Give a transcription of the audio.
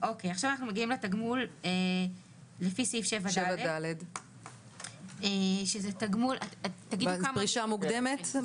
עכשיו אנחנו מגיעים לתגמול לפי סעיף 7ד. זה תגמול פרישה מוקדמת.